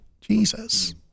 jesus